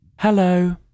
Hello